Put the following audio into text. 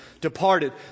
departed